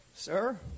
Sir